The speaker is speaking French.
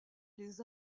les